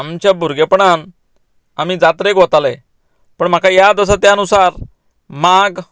आमच्या भुरगेपणांत आमी जात्रेक वताले पूण म्हाका याद आसा त्या नुसार माघ